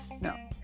No